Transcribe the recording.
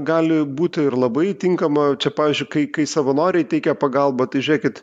gali būti ir labai tinkama čia pavyzdžiui kai kai savanoriai teikia pagalbą tai žiūrėkit